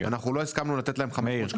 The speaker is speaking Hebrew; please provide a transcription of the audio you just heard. אנחנו לא הסכמנו לתת להם 500 שקלים.